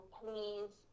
please